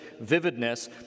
vividness